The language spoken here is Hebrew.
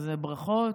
אז ברכות.